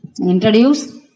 introduce